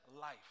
life